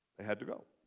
they had to go.